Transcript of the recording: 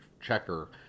checker